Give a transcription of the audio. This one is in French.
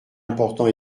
important